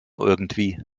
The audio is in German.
irgendwie